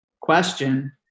question